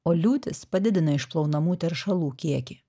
o liūtys padidina išplaunamų teršalų kiekį